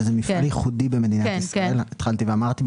שזה מפעל ייחודי במדינת ישראל כך התחלתי ואמרתי.